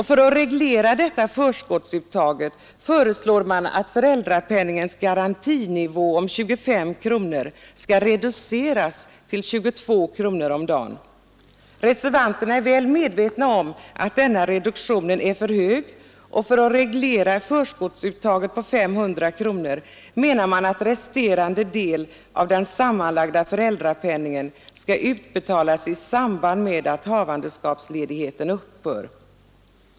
För att reglera detta förskottsuttag föreslår man att föräldrapenningens garantinivå om 25 kronor skall reduceras till 22 kronor om dagen. Reservanterna är väl medvetna om att denna reduktion är för hög, och för att reglera förskottsuttaget på 500 kronor menar de att resterande del av den sammanlagda föräldrapenningen skall utbetalas i samband med att havandeskapsledigheten upphör.